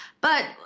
But-